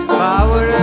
power